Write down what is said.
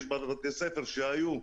המצב משתפר.